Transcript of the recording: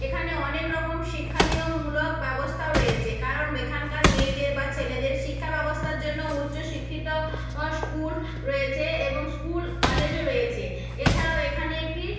এখানে অনেক রকম শিক্ষনীয়মমূলক ব্যবস্থাও রয়েছে কারণ এখানকার মেয়েদের বা ছেলেদের শিক্ষা ব্যবস্থার জন্য উচ্চশিক্ষিত স্কুল রয়েছে এবং স্কুল কলেজও রয়েছে এছাড়াও এখানে একটি